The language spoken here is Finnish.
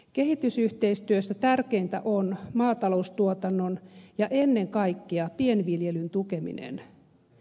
kehitysyhteistyössä tärkeintä on maataloustuotannon ja ennen kaikkea pienviljelyn tukeminen